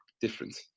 different